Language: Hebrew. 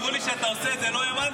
אמרו לי שאתה עושה את זה, לא האמנתי.